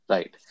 Right